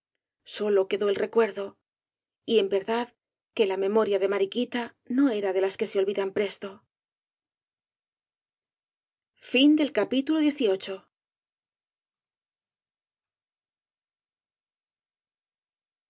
sólo quedó el recuerdo y en verdad que la memoria de mariquita no era de las que se olvidan presto